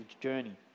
journey